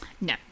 No